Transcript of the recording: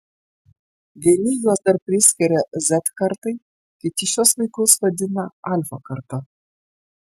vieni juos dar priskiria z kartai kiti šiuos vaikus vadina alfa karta